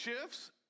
shifts